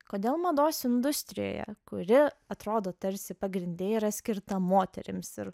kodėl mados industrijoje kuri atrodo tarsi pagrinde yra skirta moterims ir